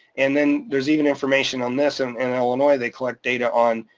and then there's even information on this and in illinois they collect data on.